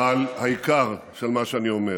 על העיקר של מה שאני אומר: